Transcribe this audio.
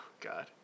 god